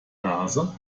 nase